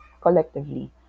collectively